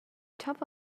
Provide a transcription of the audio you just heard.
top